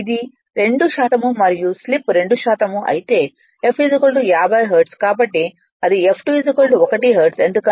ఇది 2 మరియు స్లిప్ 2 అయితే f 50 హెర్ట్జ్ కాబట్టి అదిF2 1 హెర్ట్జ్ ఎందుకంటే 0